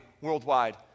worldwide